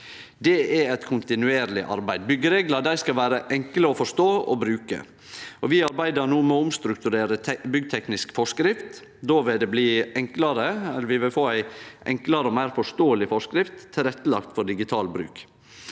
Det er eit kontinuerleg arbeid. Byggjereglar skal vere enkle å forstå og bruke, og vi arbeider med å omstrukturere byggteknisk forskrift. Då vil vi få ei enklare og meir forståeleg forskrift tilrettelagd for digital bruk.